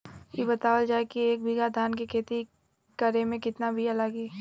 इ बतावल जाए के एक बिघा धान के खेती करेमे कितना बिया लागि?